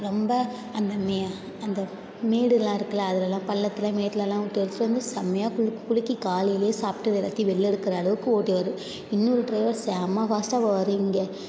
ரொம்ப அந்த நே அந்த மேடெலாம் இருக்கில அதுலெலாம் பள்ளத்தில் மேட்லெலாம் ஓட்டு வர அழைச்சுட்டு வந்து செம்மையாக குலுங்கி குலுங்கி காலையிலேயே சாப்பிட்டது எல்லாத்தையும் வெளில எடுக்கிற அளவுக்கு ஓட்ருவார் இன்னொரு ட்ரைவர் செம ஃபாஸ்ட்டாக போவார் இங்கே